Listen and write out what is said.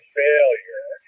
failure